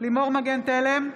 לימור מגן תלם,